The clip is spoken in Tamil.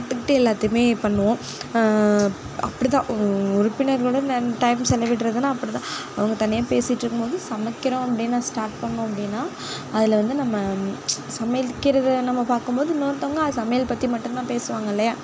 கற்றுக்கிட்டு எல்லாத்தையுமே பண்ணுவோம் அப்படிதான் உறுப்பினர்களோடு டைம் செலவிடுறதுன்னா அப்படிதான் அவங்க தனியாக பேசிட்ருக்கும்போது சமைக்கிறோம் அப்படீன்னு ஸ்டார்ட் பண்ணோம் அப்படீன்னா அதில் வந்து நம்ம சமைக்கிறதை நம்ம பார்க்கும்போது இன்னொருத்தவங்க அது சமையல் பற்றி மட்டுந்தான் பேசுவாங்க இல்லையா